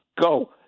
go